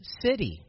city